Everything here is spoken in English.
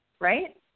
right